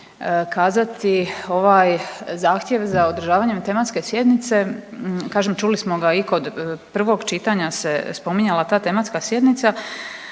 kazati ovaj zahtjev za održavanjem tematske sjednice kažem čuli smo i kod prvog čitanja se spominjala ta tematska sjednica,